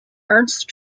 ernst